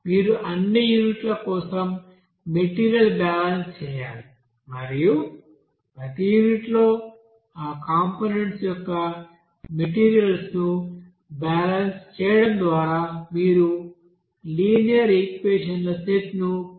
మీరు అన్ని యూనిట్ల కోసం మెటీరియల్ బ్యాలెన్స్ చేయాలి మరియు ప్రతి యూనిట్లో ఆ కాంపోనెంట్స్ యొక్క మెటీరియల్స్ను బ్యాలెన్స్ చేయడం ద్వారా మీరు లీనియర్ ఈక్వేషన్ల సెట్ను పొందవచ్చు